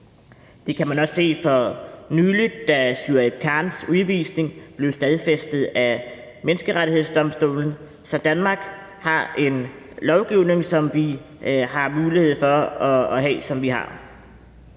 Det kunne man også se for nylig, da Shuaib Khans udvisning blev stadfæstet af Menneskerettighedsdomstolen. Så Danmark har en lovgivning, som vi har mulighed for at have, og som vi har.